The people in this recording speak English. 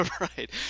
Right